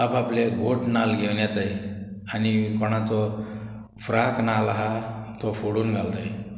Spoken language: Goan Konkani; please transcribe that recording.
आपआपले गोट नाल्ल घेवन येताय आनी कोणाचो फ्राक नाल्ल आहा तो फोडून घालताय